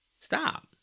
stop